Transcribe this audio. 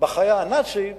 בחיה הנאצית